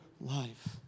life